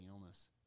illness